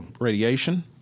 radiation